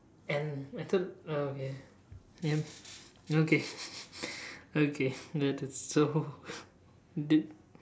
and I thought oh okay yup okay okay noted so this